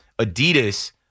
Adidas